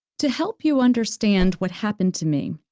to help you understand what happened to me,